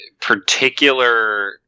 particular